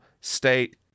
state